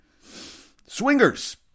Swingers